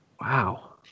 Wow